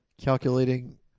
calculating